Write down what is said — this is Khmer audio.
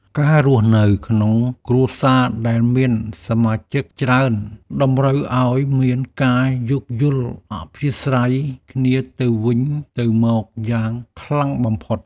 ការរស់នៅក្នុងគ្រួសារដែលមានសមាជិកច្រើនតម្រូវឱ្យមានការយោគយល់អធ្យាស្រ័យគ្នាទៅវិញទៅមកយ៉ាងខ្លាំងបំផុត។